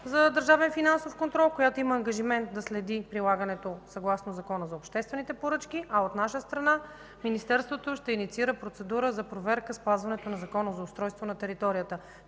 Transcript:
контрол, която има ангажимент да следи прилагането, съгласно Закона за обществените поръчки, а от наша страна – Министерството ще инициира процедура за проверка спазването на Закона за устройство на територията.